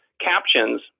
captions